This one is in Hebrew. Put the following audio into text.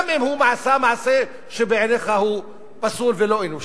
גם אם הוא עשה מעשה שבעיניך הוא פסול ולא אנושי,